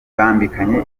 bambikanye